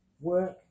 work